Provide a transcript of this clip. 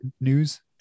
news